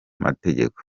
mategeko